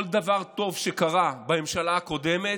כל דבר טוב שקרה בממשלה הקודמת,